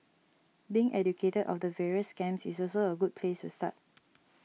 being educated of the various scams is also a good place to start